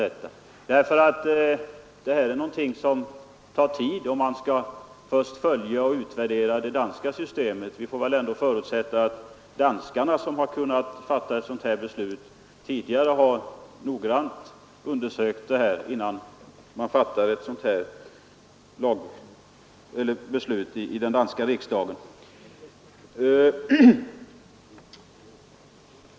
Det tar nämligen tid om man först skall följa och utvärdera det danska systemet, och vi får väl ändå förutsätta att danskarna tidigare noggrant hade undersökt verksamheten innan man fattade beslut i den danska riksdagen.